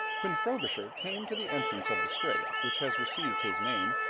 when frobisher came to the entrance of the strait which has received his name,